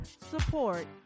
support